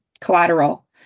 collateral